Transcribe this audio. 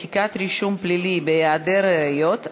מחיקת רישום פלילי בהיעדר ראיות),